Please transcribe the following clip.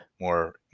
more